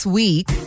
week